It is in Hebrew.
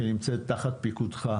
שנמצאת תחת פיקוד המפכ"ל.